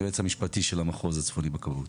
היועץ המשפטי של המחוז הצפוני בכבאות.